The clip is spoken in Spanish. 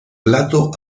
plato